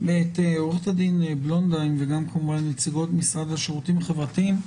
עורכת הדין בלונדהיים ואת נציגות המשרד לשירותים חברתיים: